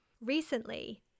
Recently